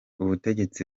ubutegetsi